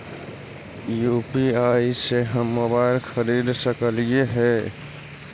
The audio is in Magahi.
यु.पी.आई से हम मोबाईल खरिद सकलिऐ है